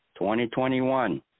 2021